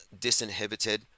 disinhibited